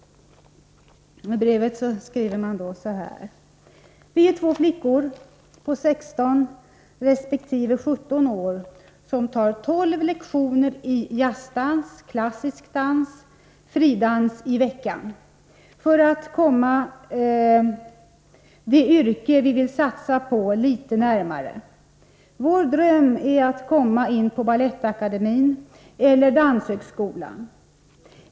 Man skriver så här: ”Vi är två flickor på 16 resp. 17 år som tar 12 lektioner i jazzdans, klassisk balett och fridans i veckan, för att komma det yrke vi vill satsa på lite närmare. Vår dröm är att komma in på Balettakademin eller Danshögskolan.